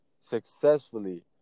successfully